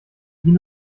mit